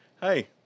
hey